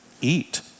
eat